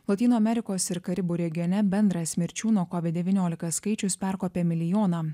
lotynų amerikos ir karibų regione bendras mirčių nuo covid devyniolika skaičius perkopė milijoną